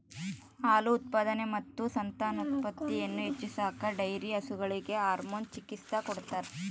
ಹಾಲು ಉತ್ಪಾದನೆ ಮತ್ತು ಸಂತಾನೋತ್ಪತ್ತಿಯನ್ನು ಹೆಚ್ಚಿಸಾಕ ಡೈರಿ ಹಸುಗಳಿಗೆ ಹಾರ್ಮೋನ್ ಚಿಕಿತ್ಸ ಕೊಡ್ತಾರ